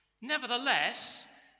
Nevertheless